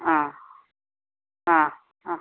ആ ആ ആ